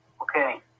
Okay